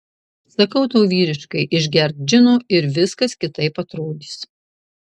sakau tau vyriškai išgerk džino ir viskas kitaip atrodys